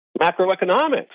macroeconomics